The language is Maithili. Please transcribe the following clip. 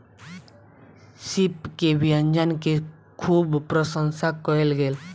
सीप के व्यंजन के खूब प्रसंशा कयल गेल